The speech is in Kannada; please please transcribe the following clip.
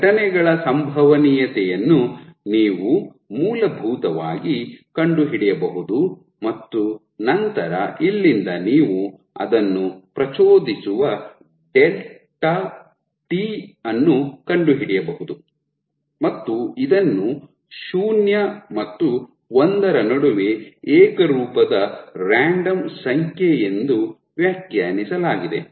ಈ ಘಟನೆಗಳ ಸಂಭವನೀಯತೆಯನ್ನು ನೀವು ಮೂಲಭೂತವಾಗಿ ಕಂಡುಹಿಡಿಯಬಹುದು ಮತ್ತು ನಂತರ ಇಲ್ಲಿಂದ ನೀವು ಅದನ್ನು ಪ್ರಚೋದಿಸುವ ಡೆಲ್ಟಾ ಟಿ ಅನ್ನು ಕಂಡುಹಿಡಿಯಬಹುದು ಮತ್ತು ಇದನ್ನು ಶೂನ್ಯ ಮತ್ತು ಒಂದರ ನಡುವೆ ಏಕರೂಪದ ರಾಂಡಮ್ ಸಂಖ್ಯೆ ಎಂದು ವ್ಯಾಖ್ಯಾನಿಸಲಾಗಿದೆ